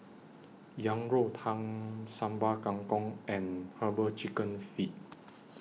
Yang Rou Tang Sambal Kangkong and Herbal Chicken Feet